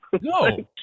No